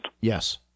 Yes